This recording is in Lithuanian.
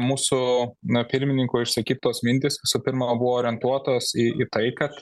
mūsų na pirmininko išsakytos mintys visų pirma buvo orientuotos į tai kad